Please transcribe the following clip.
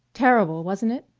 terrible, wasn't it?